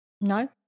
No